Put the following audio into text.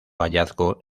hallazgo